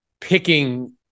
picking